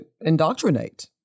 indoctrinate